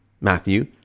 Matthew